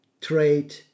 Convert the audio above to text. trade